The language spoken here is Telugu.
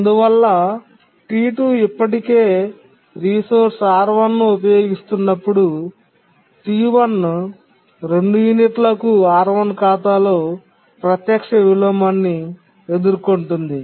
అందువల్ల T2 ఇప్పటికే రిసోర్స్ R1 ను ఉపయోగిస్తున్నప్పుడు T1 2 యూనిట్లకు R1 ఖాతాలో ప్రత్యక్ష విలోమాన్ని ఎదుర్కొంటుంది